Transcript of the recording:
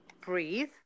breathe